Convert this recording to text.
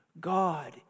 God